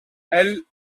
elle